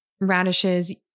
radishes